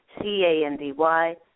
C-A-N-D-Y